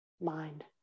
mind